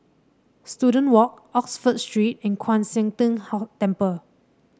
Student Walk Oxford Street and Kwan Siang Tng Temple